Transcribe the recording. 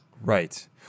Right